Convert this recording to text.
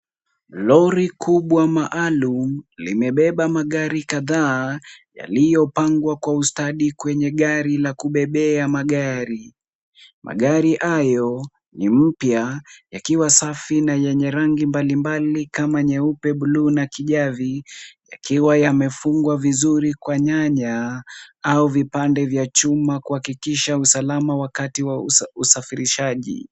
Lori kubwa maalum limebeba magari kadhaa yaliyopangwa kwa ustadi kwenye gari la kubebea magari. Magari hayo ni mpya yakiwa safi na yenye rangi mbalimbali kama nyeupe, blue na kijani yakiwa yamefungwa vizuri kwa nyaya au vipande vya chuma kuhakikisha usalama wakati wa usafirishaji.